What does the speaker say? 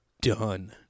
done